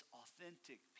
authentic